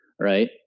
right